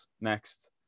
next